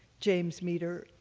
james meter,